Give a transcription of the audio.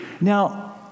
Now